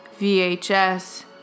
VHS